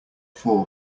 four